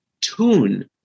tune